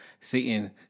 Satan